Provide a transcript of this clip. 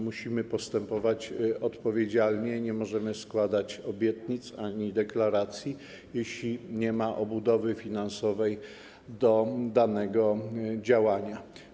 Musimy postępować odpowiedzialnie, nie możemy składać obietnic ani deklaracji, jeśli nie ma obudowy finansowej do danego działania.